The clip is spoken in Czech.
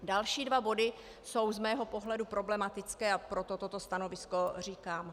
Další dva body jsou z mého pohledu problematické, a proto toto stanovisko říkám.